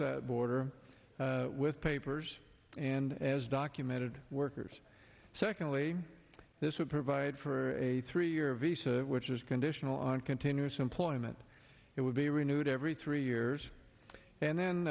the border with papers and as documented workers secondly this would provided for a three year visa which is conditional on continuous employment it would be renewed every three years and